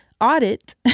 audit